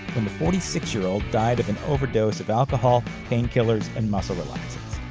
when the forty six year old died of an overdose of alcohol, painkillers, and muscle relaxants.